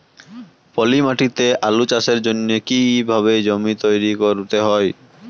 পলি মাটি তে আলু চাষের জন্যে কি কিভাবে জমি তৈরি করতে হয়?